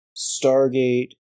Stargate